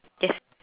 yes